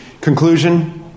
conclusion